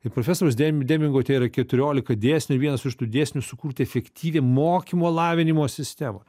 ir profesoriaus dėm demingo tėra keturiolika dėsnių ir vienas iš tų dėsnių sukurti efektyvią mokymo lavinimo sistemą